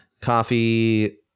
coffee